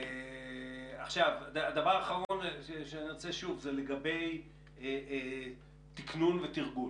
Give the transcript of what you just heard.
הדבר האחרון זה לגבי תקנון ותרגול.